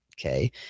okay